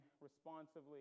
responsively